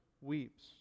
weeps